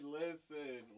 listen